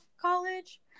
college